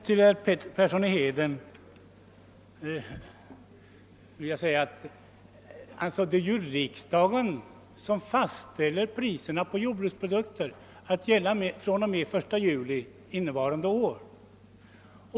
Till herr Persson i Heden vill jag säga att det ju är riksdagen som fastställer priserna på jordbruksprodukter alt gälla från och med den 1 juli innevarande år.